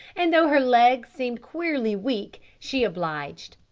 and though her legs seemed queerly weak, she obliged.